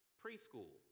preschool